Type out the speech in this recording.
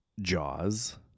Jaws